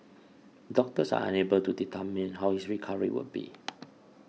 doctors are unable to determine how his recovery would be